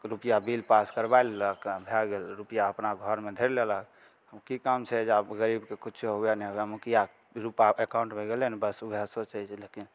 तऽ रुपैया बिल पास करबाइ लेलक काम आ भए गेल रुपैआ अपना घरमे धरि लेलक की काम छै जे आब गरीबके किछो हुअए नहि हुअए मुखिया रूपैआ एकाउन्टमे गेलय ने बस उएह सोचय जे लेकिन